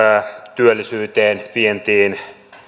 työllisyyteen vientiin